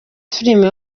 filime